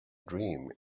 dream